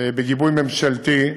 בגיבוי ממשלתי,